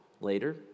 later